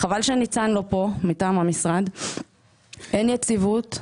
חבל שניצן מטעם המשרד לא כאן שאין יציבות.